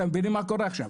אתם מבינים מה קורה עכשיו,